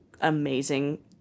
amazing